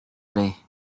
grey